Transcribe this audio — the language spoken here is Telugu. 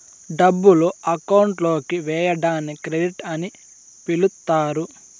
డబ్బులు అకౌంట్ లోకి వేయడాన్ని క్రెడిట్ అని పిలుత్తారు